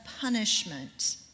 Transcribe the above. punishment